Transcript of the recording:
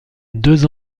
deux